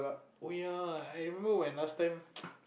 oh ya I remember when last time